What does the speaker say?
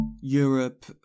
Europe